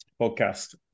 Podcast